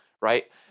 right